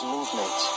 Movement